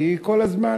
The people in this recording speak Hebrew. שהיא כל הזמן,